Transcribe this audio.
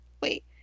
Wait